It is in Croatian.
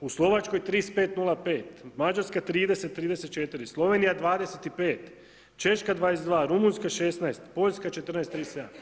U Slovačkoj 35,05, Mađarska 30, 34, Slovenija 25, Češka 22, Rumunjska 16, Poljska 14,37.